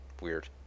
weird